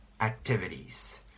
activities